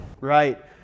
Right